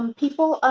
and people,